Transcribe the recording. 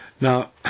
Now